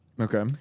Okay